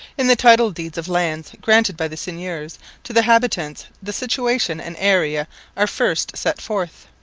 in the title-deeds of lands granted by the seigneurs to the habitants the situation and area are first set forth.